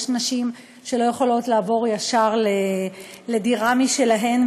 יש נשים שלא יכולות לעבור ישר לדירה משלהן,